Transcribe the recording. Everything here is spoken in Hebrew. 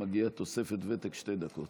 נראה שבימים אלה ניאלץ לעבור עוד תהליכי חקיקה פחות